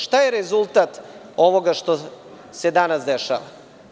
Šta je rezultat ovoga što se danas dešava?